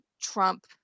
Trump